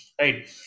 right